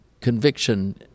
conviction